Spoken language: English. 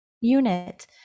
unit